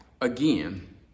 again